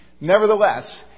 Nevertheless